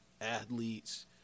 Athletes